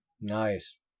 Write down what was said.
Nice